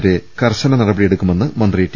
തിരെ കർശന നടപടിയെടുക്കുമെന്ന് മന്ത്രി ടി